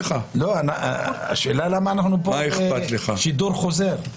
השאלה למה אנחנו פה בשידור חוזר?